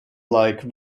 like